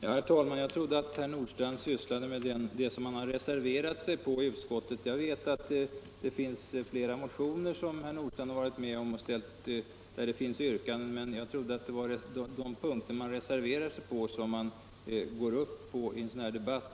Herr talman! Jag trodde att herr Nordstrandh sysslade med det som han har reserverat sig mot i utskottet. Jag vet att herr Nordstrandh har varit med om att väcka flera motioner där det finns olika yrkanden, men jag trodde som sagt att det var de punkter som man reserverat sig mot som man drev i en sådan här debatt.